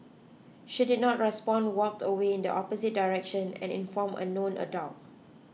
she did not respond walked away in the opposite direction and informed a known adult